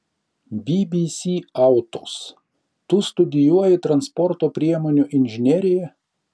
bbc autos tu studijuoji transporto priemonių inžineriją